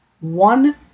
one